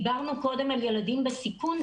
דיברנו קודם על ילדים בסיכון,